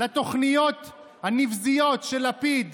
לתוכניות הנבזיות של לפיד,